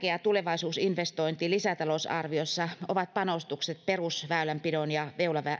tärkeä tulevaisuusinvestointi lisätalousarviossa ovat panostukset perusväylänpidon ja